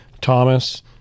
Thomas